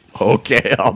okay